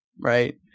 Right